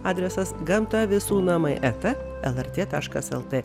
adresas gamta visų namai eta lrt taškas lt